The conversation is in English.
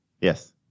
Yes